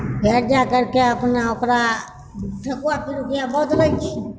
घर जाकरके अपना ओकरा ठकुआ पिरुकिया बदलैत छी